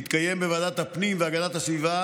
התקיים בוועדת הפנים והגנת הסביבה